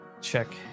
Check